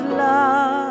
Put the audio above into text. love